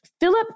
Philip